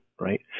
right